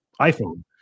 iPhone